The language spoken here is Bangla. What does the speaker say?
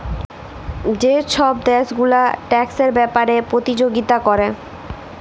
যে ছব দ্যাশ গুলা ট্যাক্সের ব্যাপারে পতিযগিতা ক্যরে